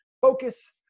focus